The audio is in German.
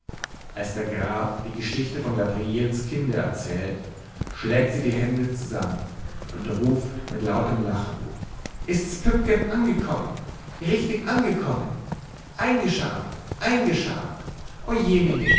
als der graf die geschichte von gabrielens kinde erzählt schlägt sie die hände zusammen und ruft mit lautem lachen ist's püppgen angekommen richtig angekommen eingescharrt eingescharrt ojemine